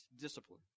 discipline